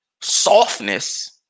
softness